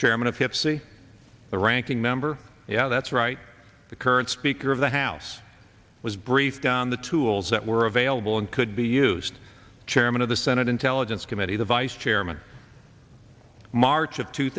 chairman of tipsy the ranking member yeah that's right the current speaker of the house was briefed on the tools that were available and could be used chairman of the senate intelligence committee the vice chairman march of two